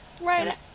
right